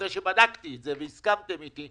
אני אומר את זה אחרי שבדקתי את זה, והסכמתם אתי.